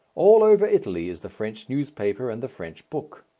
all over italy is the french newspaper and the french book.